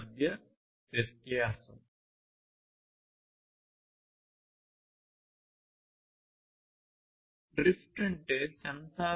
input పరామితిలో పెరుగుతున్న మార్పుకు సంబంధించి సిస్టమ్ యొక్క ప్రతిస్పందనలో పెరుగుతున్న మార్పు యొక్క నిష్పత్తిని సున్నితత్వం సరళ రేఖ వక్రరేఖ నుండి సెన్సార్ విలువ యొక్క విచలనం